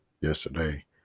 yesterday